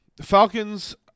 Falcons